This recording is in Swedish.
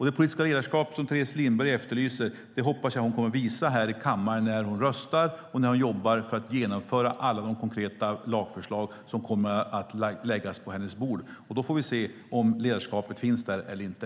Det politiska ledarskap som Teres Lindberg efterlyser hoppas jag att hon kommer att visa här i kammaren när hon röstar och när hon jobbar för att genomföra alla de konkreta lagförslag som kommer att läggas på hennes bord. Då får vi se om ledarskapet finns där eller inte.